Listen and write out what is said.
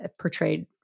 portrayed